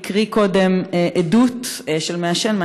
והקריא קודם עדות של מעשן,